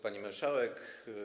Pani Marszałek!